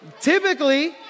Typically